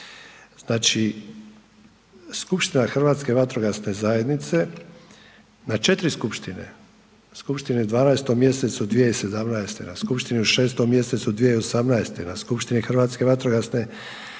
Znači skupština Hrvatske vatrogasne zajednice, na 4 skupštine, skupštine u 12. mjesecu 2017., na skupštini u 6. mjesecu 2018., na skupštini Hrvatske vatrogasne zajednice